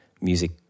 music